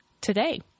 today